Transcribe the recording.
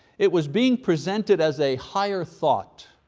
it was being presented as a higher thought,